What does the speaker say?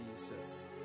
Jesus